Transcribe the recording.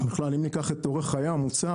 בכלל אם ניקח את אורך חיי המוצר,